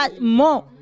more